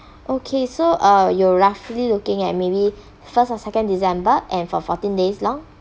okay so uh you roughly looking at maybe first or second december and for fourteen days long